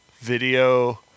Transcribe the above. video